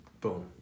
boom